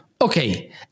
Okay